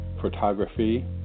photography